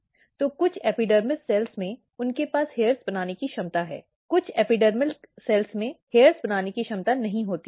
तो कुछ एपिडर्मल कोशिकाओं में उनके पास हेयर बनाने की क्षमता है कुछ एपिडर्मल कोशिकाओं में हेयर बनाने की क्षमता नहीं होती है